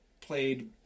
played